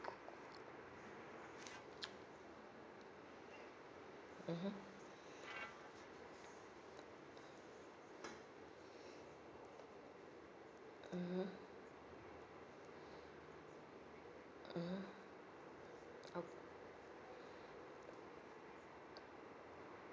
mmhmm mmhmm mmhmm